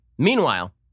Meanwhile